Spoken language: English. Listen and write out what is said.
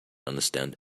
understand